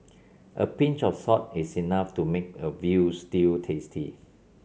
a pinch of salt is enough to make a veal stew tasty